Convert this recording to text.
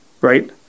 right